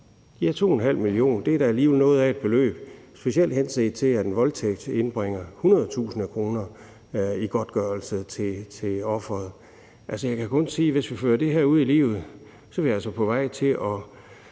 2,5 mio. kr. er da alligevel noget af et beløb, specielt henset til at en voldtægt indbringer 100.000 kr. i godtgørelse til ofret. Altså, jeg kan kun sige, at hvis vi fører det her ud i livet, er vi altså på vej til at